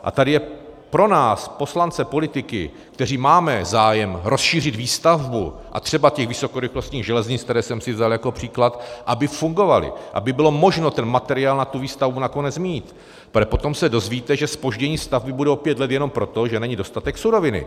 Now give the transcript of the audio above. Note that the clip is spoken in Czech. A tady je pro nás, poslance, politiky, kteří máme zájem rozšířit výstavbu a třeba ty vysokorychlostní železnice, které jsem si vzal jako příklad, aby fungovaly, aby bylo možno ten materiál na výstavbu nakonec mít, protože potom se dozvíte, že zpoždění stavby bude o pět let jenom pro to, že není dostatek suroviny.